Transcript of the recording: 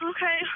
Okay